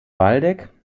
waldeck